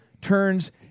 turns